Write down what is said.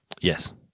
Yes